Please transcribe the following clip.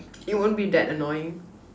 it won't be that annoying